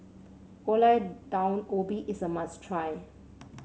Gulai Daun Ubi is a must try